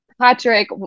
patrick